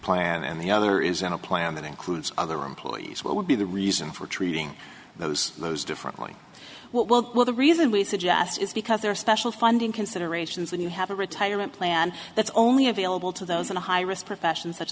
plan and the other is on a plan that includes other employees what would be the reason for treating those those differently well well the reason we suggest is because there are special funding considerations when you have a retirement plan that's only available to those in a high risk professions such